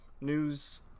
news